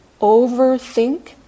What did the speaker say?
overthink